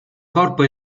corpo